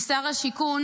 כי שר השיכון,